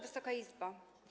Wysoka Izbo!